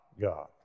God